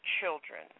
children